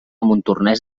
montornès